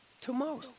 tomorrow